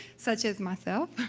such as myself,